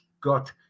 got